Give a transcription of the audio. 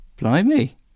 blimey